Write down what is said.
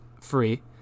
free